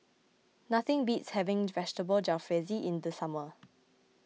nothing beats having Vegetable Jalfrezi in the summer